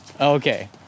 okay